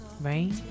right